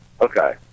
Okay